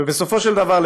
ובסופו של דבר,